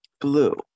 blue